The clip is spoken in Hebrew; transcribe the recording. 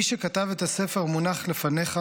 מי שכתב את הספר המונח לפניך,